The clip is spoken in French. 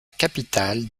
capitale